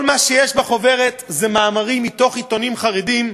כל מה שיש בחוברת זה מאמרים מתוך עיתונים חרדיים,